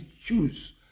choose